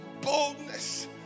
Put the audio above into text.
boldness